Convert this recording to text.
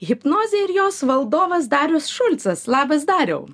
hipnozė ir jos valdovas darius šulcas labas dariau